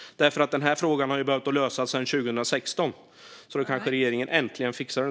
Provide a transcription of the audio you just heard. Den här frågan har ju behövt lösas sedan 2016. Nu kanske regeringen äntligen fixar det.